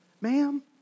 Ma'am